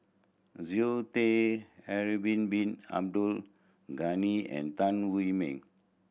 Zoe Tay Harun Bin Abdul Ghani and Tan Wu Meng